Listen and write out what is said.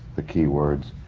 the key words.